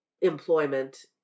employment